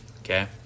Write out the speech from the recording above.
Okay